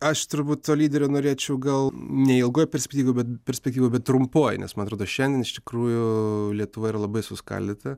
aš turbūt to lyderio norėčiau gal ne ilgoj perspektyvoj bet perspektyvoj trumpoj nes man atrodo šiandien iš tikrųjų lietuva yra labai suskaldyta